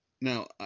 Now